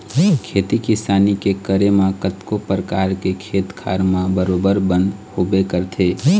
खेती किसानी के करे म कतको परकार के खेत खार म बरोबर बन होबे करथे